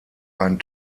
einen